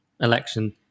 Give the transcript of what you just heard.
election